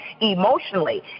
emotionally